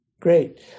Great